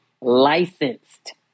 licensed